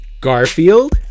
garfield